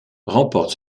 remporte